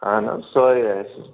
اہن حظ سۄے آسہِ